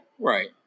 Right